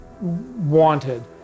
wanted